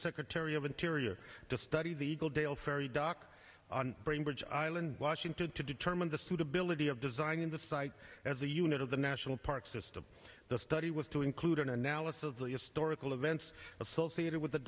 secretary of interior to study the eagle dale ferry dock brain bridge island washington to determine the suitability of design in the site as a unit of the national park system the study was to include an analysis of the historical events associated with the